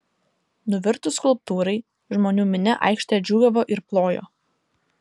nuvirtus skulptūrai žmonių minia aikštėje džiūgavo ir plojo